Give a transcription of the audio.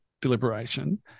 deliberation